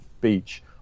beach